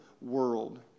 world